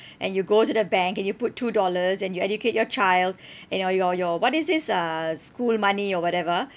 and you go to the bank and you put two dollars and you educate your child and your your your what is this uh school money or whatever